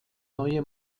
neue